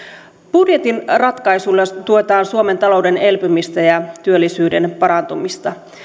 budjetin ratkaisuilla tuetaan suomen talouden elpymistä ja työllisyyden parantumista